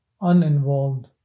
uninvolved